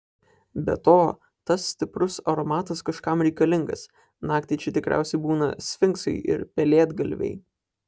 be to tas stiprus aromatas kažkam reikalingas naktį čia tikriausiai būna sfinksai ir pelėdgalviai